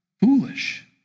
foolish